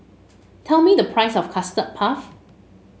tell me the price of Custard Puff